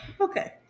okay